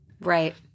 Right